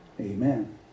Amen